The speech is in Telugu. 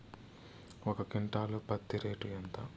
ఒక క్వింటాలు పత్తి రేటు ఎంత?